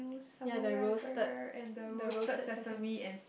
ya the roasted the roasted sesame